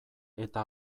eta